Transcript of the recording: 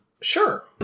Sure